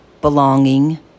belonging